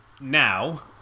now